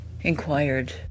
inquired